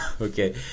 Okay